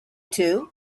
two